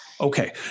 Okay